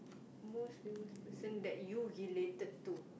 most famous person that you related to